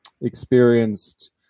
experienced